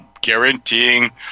guaranteeing